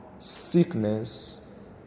sickness